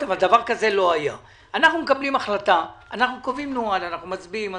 נוהל, שאנחנו מצביעים עליו,